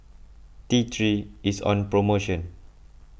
T three is on promotion